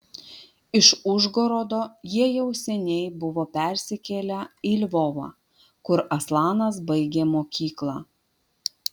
iš užgorodo jie jau seniai buvo persikėlę į lvovą kur aslanas baigė mokyklą